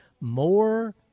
more